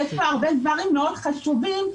יש פה הרבה דברים חשובים מאוד,